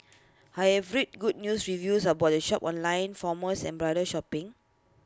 I have read good reviews about the shop on online forums on bridal shopping